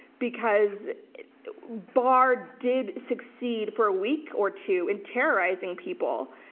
because barr did succeed for a week or two in terrorizing people,